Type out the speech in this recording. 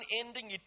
unending